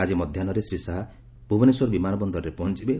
ଆକି ମଧ୍ଧାହ୍ବରେ ଶ୍ରୀ ଶାହା ଭୁବନେଶ୍ୱର ବିମାନ ବନ୍ଦରରେ ପହଞିବେ